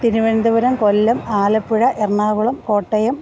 Thiruvananthapuram Kollam Alappuzha Ernakulam Kottayam